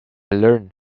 learnt